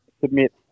submit